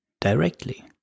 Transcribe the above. directly